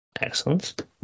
Excellent